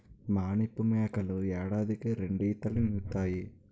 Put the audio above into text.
మానిపు మేకలు ఏడాదికి రెండీతలీనుతాయి